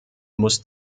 muss